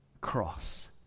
cross